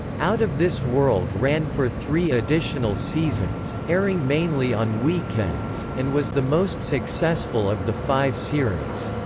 out of this world ran for three additional seasons, airing mainly on weekends, and was the most successful of the five series.